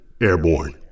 airborne